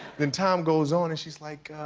then time goes on, and she's like,